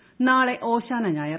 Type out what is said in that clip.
ഓശാന നാളെ ഓശാന ഞായർ